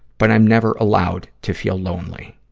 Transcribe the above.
but i'm never allowed to feel lonely.